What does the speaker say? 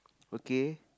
okay